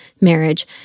marriage